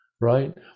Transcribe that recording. right